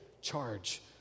charge